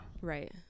right